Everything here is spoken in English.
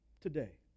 today